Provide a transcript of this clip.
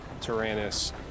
Tyrannus